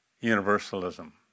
universalism